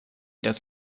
das